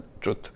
truth